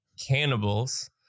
cannibals